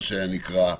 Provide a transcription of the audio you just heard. מה שנקרא,